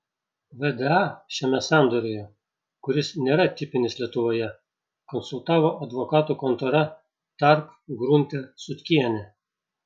vda šiame sandoryje kuris nėra tipinis lietuvoje konsultavo advokatų kontora tark grunte sutkienė